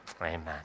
Amen